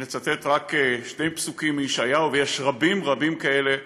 אם נצטט רק שני פסוקים מישעיהו, ויש רבים כאלה: